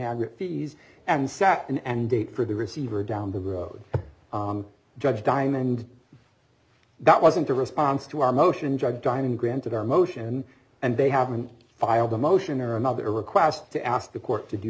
average fees and second and date for the receiver down the road judge diamond that wasn't a response to our motion judge dining granted our motion and they haven't filed a motion or another request to ask the court to do